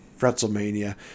Fretzelmania